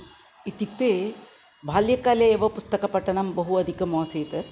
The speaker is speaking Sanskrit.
इत्युक्ते बाल्यकाले एव पुस्तकपठनं बहु अधिकम् आसीत्